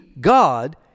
God